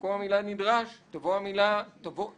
במקום המילה "נדרש" תבואנה